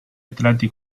atleti